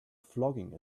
flogging